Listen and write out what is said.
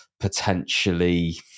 potentially